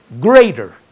greater